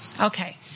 Okay